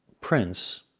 prince